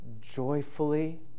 joyfully